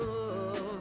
love